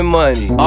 money